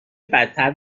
بدتر